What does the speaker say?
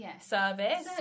service